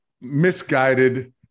Misguided